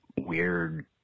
weird